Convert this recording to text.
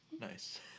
Nice